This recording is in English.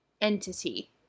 entity